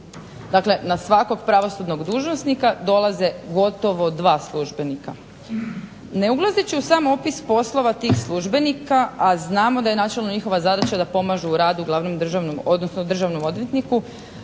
Dakle, na svakog pravosudnog dužnosnika dolaze gotovo 2 službenika. Ne ulazeći u sam opis poslova tih službenika, a znamo da je načelno njihova zadaća da pomažu u radu glavnom državnom odvjetniku,